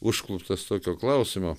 užkluptas tokio klausimo